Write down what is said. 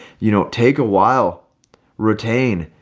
you know, take a while retain,